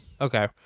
Okay